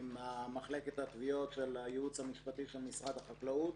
עם מחלקת התביעות של הייעוץ המשפטי של משרד החקלאות.